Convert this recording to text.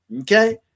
Okay